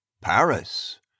Paris